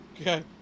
Okay